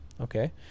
okay